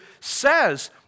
says